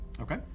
Okay